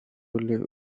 live